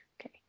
okay